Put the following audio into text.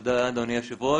תודה אדוני היושב-ראש.